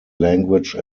language